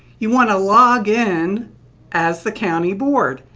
you want to log in as the county board,